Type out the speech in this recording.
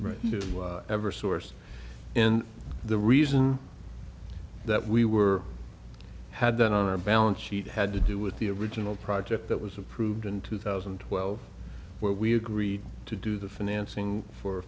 right to ever source and the reason that we were had on our balance sheet had to do with the original project that was approved in two thousand and twelve what we agreed to do the financing for